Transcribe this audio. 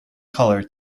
colour